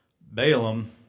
Balaam